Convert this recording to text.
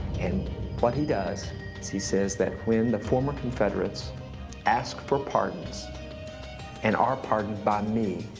and what he does is he says that when the former confederates ask for pardons and are pardoned by me,